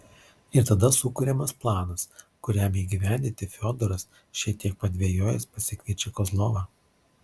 ir tada sukuriamas planas kuriam įgyvendinti fiodoras šiek tiek padvejojęs pasikviečia kozlovą